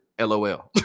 LOL